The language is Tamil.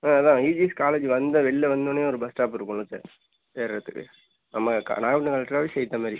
ஆ அதான் இஜிஎஸ் காலேஜ் வந்த வெளில வந்தொன்னே ஒரு பஸ் ஸ்டாப் இருக்குல்ல சார் ஏறுறத்துக்கு நம்ம க நாகப்பட்டினம் கலெக்ட்ரு ஆஃபிஸ் எயித்த மாரி